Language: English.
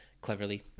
Cleverly